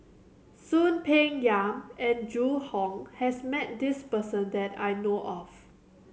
Soon Peng Yam and Zhu Hong has met this person that I know of